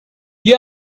you